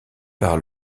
par